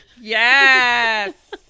yes